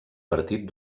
partit